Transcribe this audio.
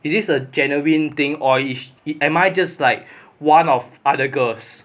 is this a genuine thing or is it am I just like one of other girls